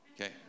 okay